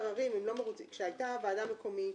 --- כשהייתה ועדה מקומית,